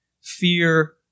fear